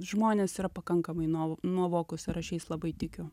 žmonės yra pakankamai nuo nuovokūs ir aš jais labai tikiu